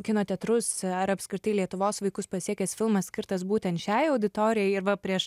kino teatrus ar apskritai lietuvos vaikus pasiekęs filmas skirtas būtent šiai auditorijai ir va prieš